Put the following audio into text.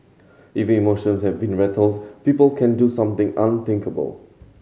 if emotions have been rattled people can do something unthinkable